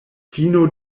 fino